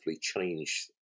change